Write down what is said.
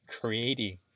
creating